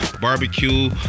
barbecue